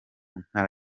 ntara